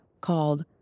called